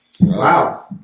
Wow